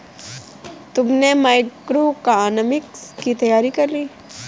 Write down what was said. तुमने मैक्रोइकॉनॉमिक्स की तैयारी कर ली?